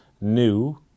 new